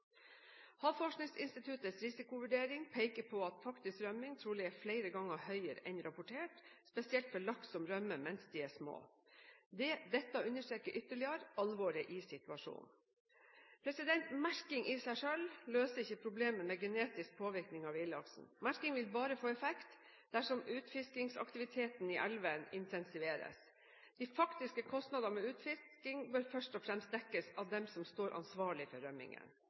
Havforskningsinstituttets risikovurdering peker på at faktisk rømming trolig er flere ganger høyere enn rapportert, spesielt for laks som rømmer mens de er små. Dette understreker ytterligere alvoret i situasjonen. Merking i seg selv løser ikke problemet med genetisk påvirkning av villfisken. Merking vil bare få effekt dersom utfiskingsaktiviteten i elvene intensiveres. De faktiske kostnadene med utfisking bør først og fremst dekkes av dem som står ansvarlig for